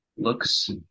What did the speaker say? Looks